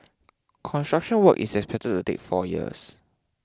construction work is expected to take four years